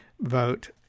vote